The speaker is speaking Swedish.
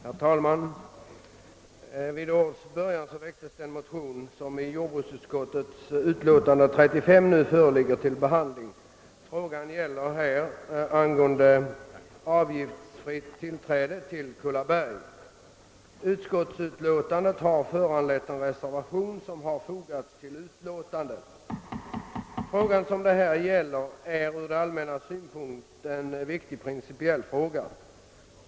Herr talman! Vid årets början väcktes ett motionspar, som i jordbruksutskottets utlåtande nr 35 nu föreligger till behandling. Frågan gäller avgiftsfritt tillträde till Kullaberg. Utskottsmajori tetens ställningstagande har föranlett att en reservation har fogats till utlåtandet. Detta är ett från det allmännas synpunkt viktigt principiellt problem.